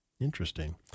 Interesting